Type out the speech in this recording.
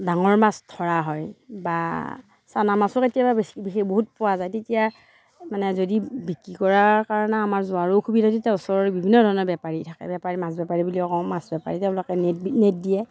ডাঙৰ মাছ ধৰা হয় বা চানা মাছো কেতিয়াবা বহুত পোৱা যায় তেতিয়া মানে যদি বিক্ৰী কৰাৰ কাৰণে আমাৰ যোৱাৰো অসুবিধা তেতিয়া ওচৰৰে বিভিন্ন ধৰণৰ বেপাৰী থাকে বেপাৰী মাছ বেপাৰী বুলিয়ে কওঁ মাছ বেপাৰীয়ে তেওঁলোকে নিদিয়ে